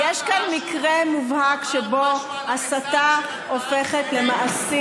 גם נתניהו, שמו אותו בלולאת חנק.